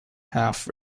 half